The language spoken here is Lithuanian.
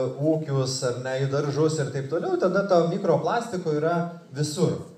ūkius ar ne į daržus ir taip toliau tada to mikroplastiko yra visur